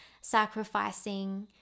sacrificing